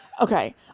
Okay